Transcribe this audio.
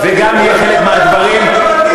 זה גם יהיה חלק מהדברים שייבדקו,